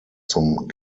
zum